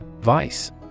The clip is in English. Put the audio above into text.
Vice